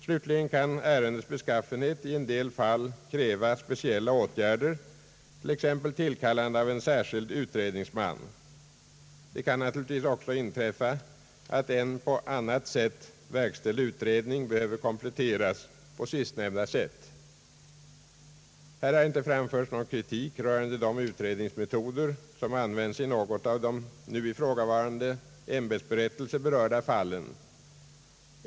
Slutligen kan ärendets beskaffenhet i en del fall kräva speciella åtgärder, t.ex. tillkallande av en särskild utredningsman. Det kan naturligtvis också inträffa att en på annat sätt verkställd utredning behöver kompletteras så som jag senast sade. Här har inte framförts någon kritik rörande de utredningsmetoder som använts i något av de i nu ifrågavarande ämbetsberättelser berörda fallen.